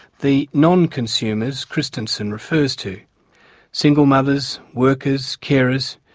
the non-consumers christensen refers to single mothers, workers, carers,